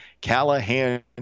callahan